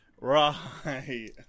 Right